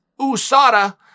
USADA